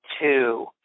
two